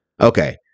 okay